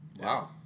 Wow